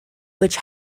which